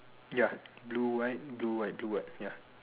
ya blue white blue white blue white